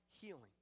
healing